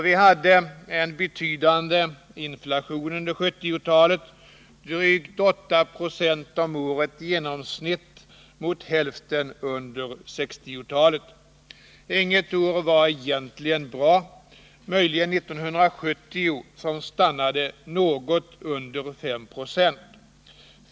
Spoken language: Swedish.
Vi hade en betydande inflation under 1970-talet: drygt 896 om året i genomsnitt, mot hälften under 1960-talet. Inget år var egentligen bra, möjligen 1970, då inflationen stannade något under 5 96.